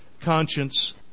conscience